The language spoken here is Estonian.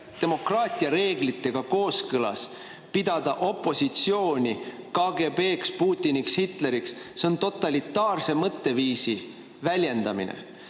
demokraatia reeglitega kooskõlas pidada opositsiooni KGB‑ks, Putiniks, Hitleriks. See on totalitaarse mõtteviisi väljendamine.